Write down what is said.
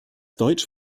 deutsch